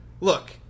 Look